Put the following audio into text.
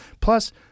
Plus